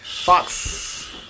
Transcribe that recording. Fox